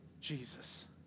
Jesus